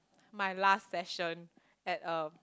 my last session at a